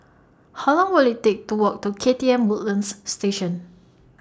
How Long Will IT Take to Walk to K T M Woodlands Station